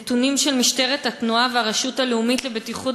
נתונים של משטרת התנועה והרשות הלאומית לבטיחות